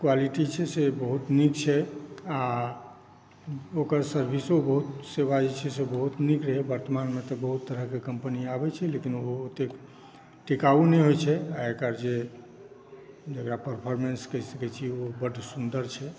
quality छै से बहुत नीक छै आ ओकर सर्विसो जे छै से सेवा नीक रहैए वर्तमानमे तऽ बहुत तरहकेँ कम्पनी आबै छै लेकिन ओ ओतेक टिकाउ नहि होइ छै आ एकर जे परफॉरमेंस कहि सकै छी ओ बड सुन्दर छै